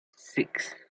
six